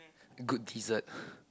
good dessert